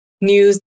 news